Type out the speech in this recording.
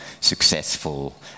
successful